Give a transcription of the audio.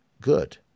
good